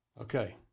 Okay